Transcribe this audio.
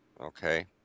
okay